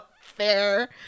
Fair